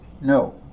No